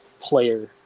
player